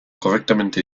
correctamente